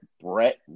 Brett